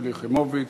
שלי יחימוביץ,